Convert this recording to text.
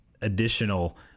additional